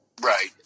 Right